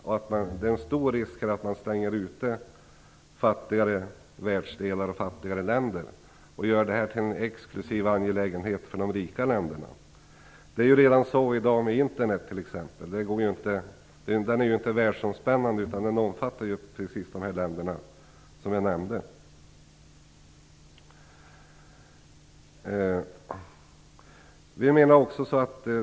Det finns en stor risk för att man stänger ute fattigare världsdelar och fattigare länder och gör IT till en exklusiv angelägenhet för de rikare länderna, vilket även framgår av utrikesutskottets betänkande. Det är redan i dag så med Internet, t.ex. Internet är inte världsomspännande utan omfattar just de länder som jag nämnde.